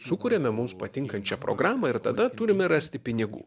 sukuriame mums patinkančią programą ir tada turime rasti pinigų